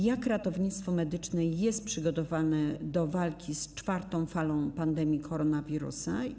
Jak ratownictwo medyczne jest przygotowane do walki z czwartą falą pandemii koronawirusa?